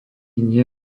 nie